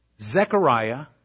Zechariah